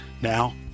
Now